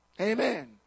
Amen